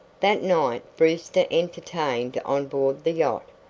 that night brewster entertained on board the yacht,